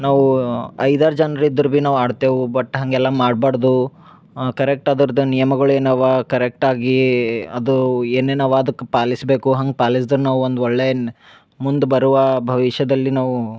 ನಾವು ಐದಾರು ಜನ್ರು ಇದ್ರೂ ಭೀ ನಾವು ಆಡ್ತೇವೆ ಬಟ್ ಹಾಗೆಲ್ಲ ಮಾಡ್ಬಾರ್ದು ಕರೆಕ್ಟ್ ಅದರ್ದು ನಿಯಮಗಳು ಏನವ ಕರೆಕ್ಟಾಗಿ ಅದು ಏನೇನವ ಅದಕ್ಕೆ ಪಾಲಿಸಬೇಕು ಹಂಗೆ ಪಾಲಿಸ್ದ್ರೆ ನಾವು ಒಂದು ಒಳ್ಳೆ ಮುಂದೆ ಬರುವ ಭವಿಷ್ಯದಲ್ಲಿ ನಾವು